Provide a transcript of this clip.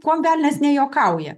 kuom velnias nejuokauja